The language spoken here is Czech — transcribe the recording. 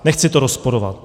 Nechci to rozporovat.